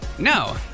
No